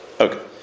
Okay